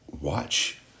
watch